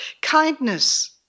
Kindness